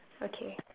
okay